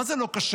מה זה לא כשר?